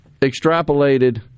extrapolated